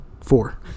four